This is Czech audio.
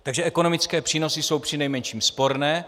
Takže ekonomické přínosy jsou při nejmenším sporné.